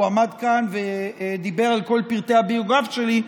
הוא עמד כאן ודיבר על כל פרטי הביוגרפיה שלי,